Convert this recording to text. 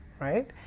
Right